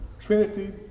Trinity